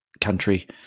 country